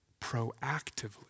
proactively